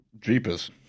Jeepers